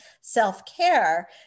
self-care